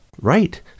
right